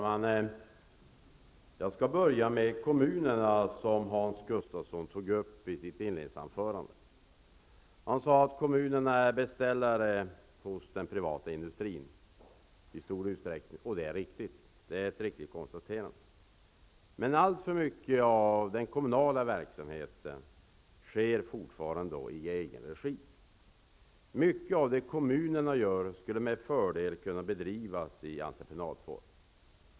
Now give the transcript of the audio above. Herr talman! Jag skall börja med kommunerna, som Hans Gustafsson tog upp i sitt inledningsanförande. Han sade att kommunerna i stor utsträckning är beställare hos den privata industrin, och det är ett riktigt konstaterande. Men alltför mycket av den kommunala verksamheten sker fortfarande i egen regi. Mycket av den verksamhet som kommunerna bedriver skulle med fördel kunna bedrivas i entreprenadform.